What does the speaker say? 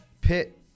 Pitt